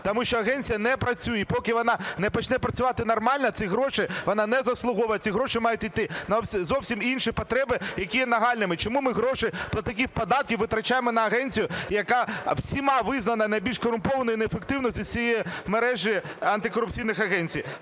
тому що агенція не працює. І поки вона не почне працювати нормально, цих грошей вона не заслуговує, ці гроші мають йти на зовсім інші потреби, які є нагальними. Чому ми гроші платників податків витрачаємо на агенцію, яка всіма визнана найбільш корумпованою і неефективною в мережі антикорупційних агенцій?